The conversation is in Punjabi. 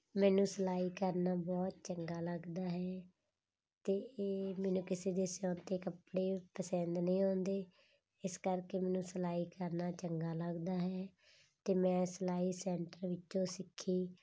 ਮੈਨੂੰ ਸਿਲਾਈ ਕਰਨਾ ਬਹੁਤ ਚੰਗਾ ਲੱਗਦਾ ਹੈ ਅਤੇ ਇਹ ਮੈਨੂੰ ਕਿਸੇ ਦੇ ਸਿਉਂਤੇ ਕੱਪੜੇ ਪਸੰਦ ਨਹੀਂ ਆਉਂਦੇ ਇਸ ਕਰਕੇ ਮੈਨੂੰ ਸਿਲਾਈ ਕਰਨਾ ਚੰਗਾ ਲੱਗਦਾ ਹੈ ਅਤੇ ਮੈਂ ਸਿਲਾਈ ਸੈਂਟਰ ਵਿੱਚੋਂ ਸਿੱਖੀ